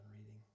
reading